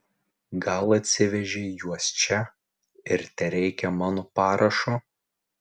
gal atsivežei juos čia ir tereikia mano parašo